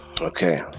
okay